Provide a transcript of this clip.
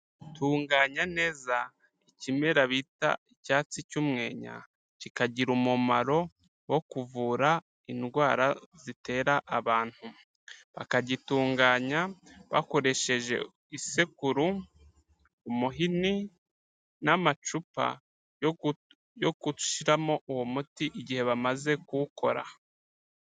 Tunganya neza ikimera bita icyatsi cy'umwenya, kikagira umumaro wo kuvura indwara zitera abantu. Bakagitunganya bakoresheje isekuru, umuhini n'amacupa yo gushiramo uwo muti igihe bamaze kuwukora.